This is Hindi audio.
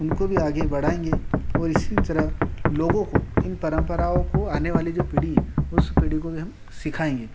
उनको भी आगे बढ़ाएंगे और इसी तरह लोगों को इन परंपराओं को आने वाली जो पीढ़ी हैं उस पीढ़ी को भी हम सिखाएंगे